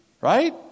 Right